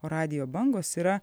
o radijo bangos yra